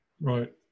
Right